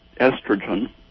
estrogen